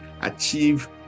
achieve